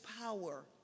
power